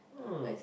mm